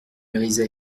mériset